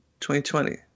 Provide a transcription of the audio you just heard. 2020